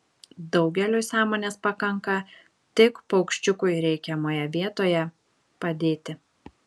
daugeliui sąmonės pakanka tik paukščiukui reikiamoje vietoje padėti